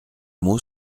mots